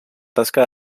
tasca